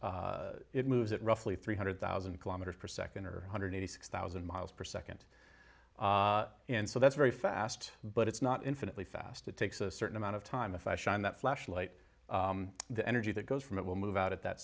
and it moves at roughly three hundred thousand kilometers per second or hundred eighty six thousand miles per second and so that's very fast but it's not infinitely fast it takes a certain amount of time if i shine that flashlight the energy that goes from it will move out at that